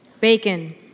Bacon